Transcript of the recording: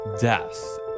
death